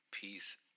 Peace